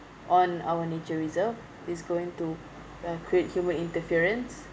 on our nature reserve it's going to uh create human interference